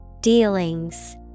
Dealings